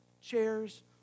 chairs